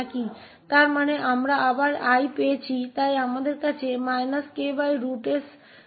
इसका मतलब है कि हमें फिर से यह I मिला है इसलिए हमारे पास ksI है